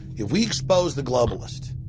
if we expose the globalists,